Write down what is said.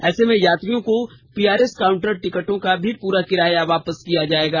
ऐसे में यात्रियों को पीआरएस काउंटर टिकटों का भी पूरा किराया वापिस किया जायेगा